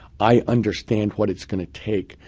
i understand what it's going to take,